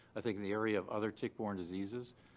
i think the area of other tick-borne diseases,